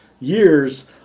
years